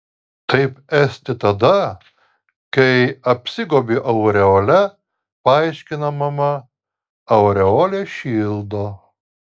taip esti tada kai apsigobi aureole paaiškina mama aureolė šildo